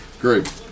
Great